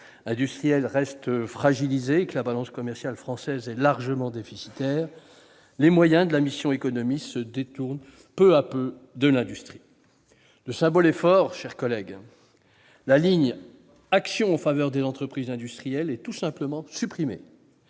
industrielles restent fragilisées et que la balance commerciale française est largement déficitaire, les moyens de la mission « Économie » se détournent peu à peu de l'industrie. Mes chers collègues, le symbole est fort : la ligne Action en faveur des entreprises industrielles est tout simplement supprimée